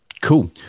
Cool